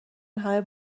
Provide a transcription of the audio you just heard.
همه